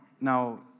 now